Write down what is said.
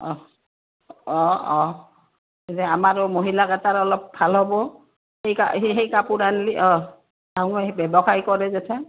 অঁ অঁ অঁ আমাৰ মহিলাকিটাৰ অলপ ভাল হ'ব সেই সেই কাপোৰ আনলি অঁ ব্যৱসায় কৰে যেথে